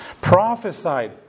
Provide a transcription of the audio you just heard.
Prophesied